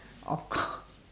of cour~